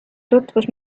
tutvus